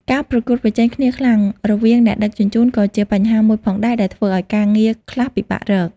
ការប្រកួតប្រជែងគ្នាខ្លាំងរវាងអ្នកដឹកជញ្ជូនក៏ជាបញ្ហាមួយផងដែរ ដែលធ្វើឲ្យការងារខ្លះពិបាករក។